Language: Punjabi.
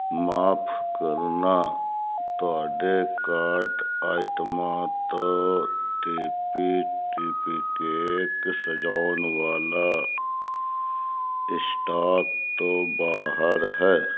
ਮਾਫ਼ ਕਰਨਾ ਤੁਹਾਡੇ ਕਾਰਟ ਆਈਟਮਾਂ ਤੋਂ D P D P cake ਸਜਾਉਣ ਵਾਲਾ ਇਸਟਾਕ ਤੋਂ ਬਾਹਰ ਹੈ